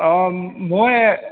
অঁ মই